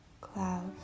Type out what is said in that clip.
Cloud